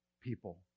people